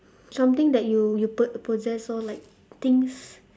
something that you you poss~ possessed lor like things